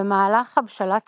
במהלך הבשלת